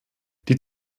die